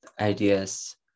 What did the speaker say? ideas